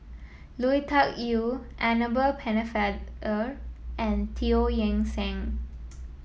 Lui Tuck Yew Annabel Pennefather and Teo Eng Seng